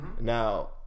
Now